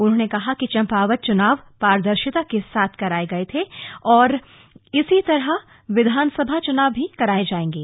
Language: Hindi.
उन्होंने कहा कि पंचायत चुनाव पारदर्शिता के साथ कराए गए थे और इसी तरह विधानसभा चुनाव भी कराए जाएंगे